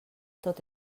tot